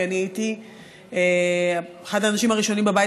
כי אני הייתי אחד האנשים הראשונים בבית